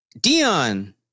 Dion